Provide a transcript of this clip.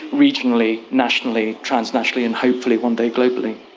regionally, nationally, transnationally and hopefully one day globally.